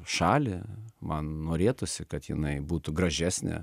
šalį man norėtųsi kad jinai būtų gražesnė